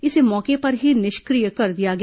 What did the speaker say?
इसे मौके पर ही निष्क्रिय कर दिया गया